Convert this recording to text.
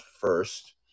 first